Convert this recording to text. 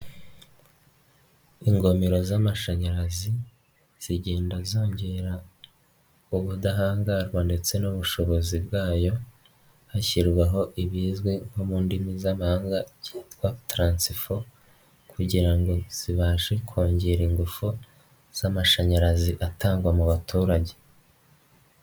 Ingomero z'amashanyarazi, zigenda zongera ubudahangarwa ndetse n'ubushobozi bwayo, hashyirwaho ibizwi nko mu ndimi z'amaga byitwa taransifo kugira ngo zibashe kongera ingufu z'amashanyarazi atangwa mu baturage.